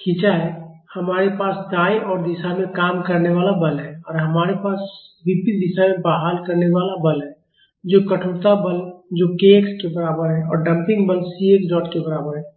खींचा है हमारे पास दाईं ओरदिशा में काम करने वाला बल है और हमारे पास विपरीत दिशा में बहाल करने वाला बल है जो कठोरता बल है जो k x के बराबर है और डंपिंग बल c x डॉट के बराबर है